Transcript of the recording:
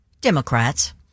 Democrats